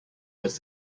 was